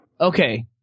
okay